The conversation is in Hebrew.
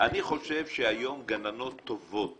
אני חושב שהיום גננות טובות